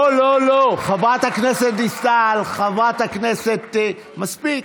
לא לא לא, חברת הכנסת דיסטל, חברת הכנסת, מספיק.